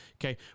Okay